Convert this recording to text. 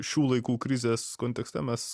šių laikų krizės kontekste mes